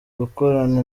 gukorana